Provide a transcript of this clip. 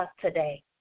today